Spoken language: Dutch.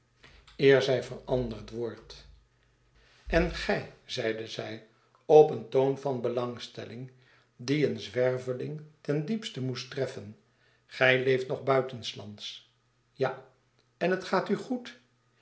estella wordt en gij zeide zij op een toon van belangstelling die een zwerveling ten diepste moest treffen gij leeft nog buitenslands ja u en het gaat u goed